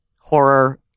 horror